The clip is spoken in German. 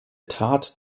tat